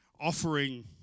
offering